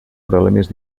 problemes